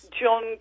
John